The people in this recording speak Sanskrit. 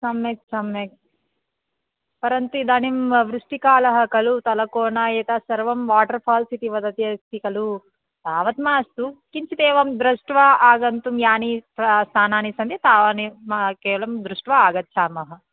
सम्यक् सम्यक् परन्तु इदानीं वृष्टिकालः खलु तलकोन एतत् सर्वं वाटर् फ़ाल्स् इति वदति अस्ति खलु तावद् मास्तु किञ्चिदेवं दृष्ट्वा आगन्तुं यानि स्थानानि सन्ति तानि केवलं दृष्ट्वा आगच्छामः